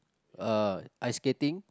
uh ice skating